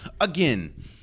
Again